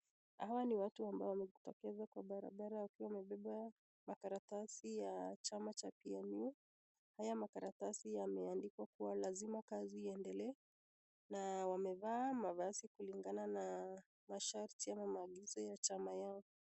Hawa ni watu ambao wamejitokeza kwa barabara wakiwa wamebeba makaratasi ya chama cha PMU. Haya makaratasi yameandikwa kua "lazima kazi iendelee". Na wamevaa mavazi kulingana na masharti ama maagizo ya chama yao.